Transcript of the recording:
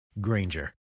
Granger